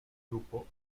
grupo